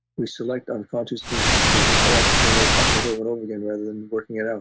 we select unconsciously to to play out the same old conflict over and over again rather than working it out.